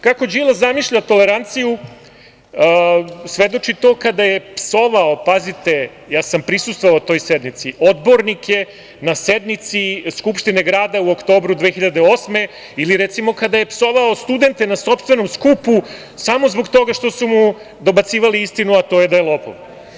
Kako Đilas zamišlja toleranciju svedoči to kada je psovao, pazite, ja sam prisustvovao toj sednici, odbornike na sednici Skupštine grada u oktobru 2008. godine ili recimo kada je psovao studente na sopstvenom skupu samo zbog toga što su mu dobacili istinu, a to je da je lopov.